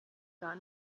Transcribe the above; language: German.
gar